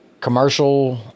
commercial